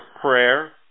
prayer